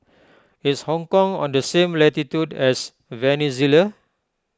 is Hong Kong on the same latitude as Venezuela